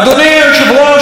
אדוני היושב-ראש,